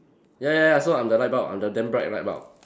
ya ya ya so I'm the light bulb I'm the damn bright light bulb